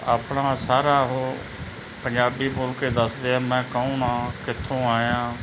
ਆਪਣਾ ਸਾਰਾ ਉਹ ਪੰਜਾਬੀ ਬੋਲ ਕੇ ਦੱਸਦੇ ਆ ਮੈਂ ਕੌਣ ਆ ਕਿੱਥੋਂ ਆਇਆ